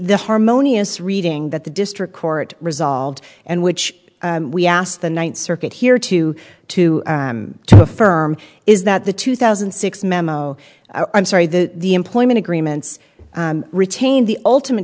the harmonious reading that the district court resolved and which we asked the ninth circuit here to to to affirm is that the two thousand and six memo i'm sorry that the employment agreements retained the ultimate